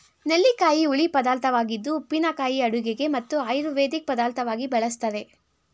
ನೆಲ್ಲಿಕಾಯಿ ಹುಳಿ ಪದಾರ್ಥವಾಗಿದ್ದು ಉಪ್ಪಿನಕಾಯಿ ಅಡುಗೆಗೆ ಮತ್ತು ಆಯುರ್ವೇದಿಕ್ ಪದಾರ್ಥವಾಗಿ ಬಳ್ಸತ್ತರೆ